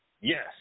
Yes